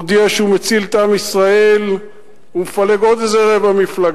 מודיע שהוא מציל את עם ישראל ומפלג עוד איזה רבע מפלגה.